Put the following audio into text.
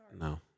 No